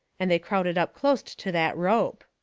and they crowded up closte to that rope.